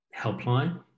helpline